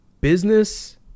business